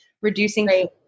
Reducing